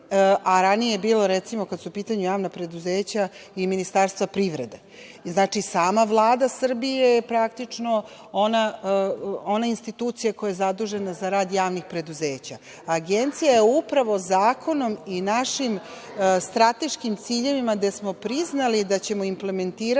a ranije je bilo, recimo, kada su u pitanju javna preduzeća i Ministarstvo privrede. Znači, sama Vlada Srbije je praktično ona institucija koja je zadužena za rad javnih preduzeća. Agencija je upravo zakonom i našim strateškim ciljevima, gde smo priznali da ćemo implementirati